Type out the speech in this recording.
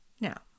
Now